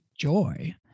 joy